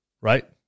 Right